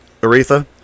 Aretha